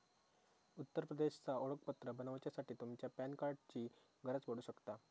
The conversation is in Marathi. उत्तर प्रदेशचा ओळखपत्र बनवच्यासाठी तुमच्या पॅन कार्डाची गरज पडू शकता